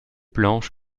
blanche